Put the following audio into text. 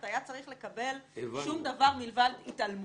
היה צריך לקבל שום דבר מלבד התעלמות.